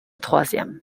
troisième